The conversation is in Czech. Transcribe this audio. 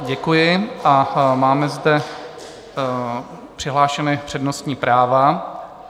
Děkuji, a máme zde přihlášena přednostní práva.